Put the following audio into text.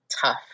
tough